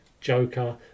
Joker